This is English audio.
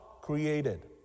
created